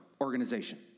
organization